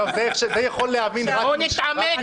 בואו נתעמק.